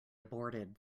aborted